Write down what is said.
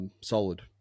solid